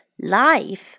life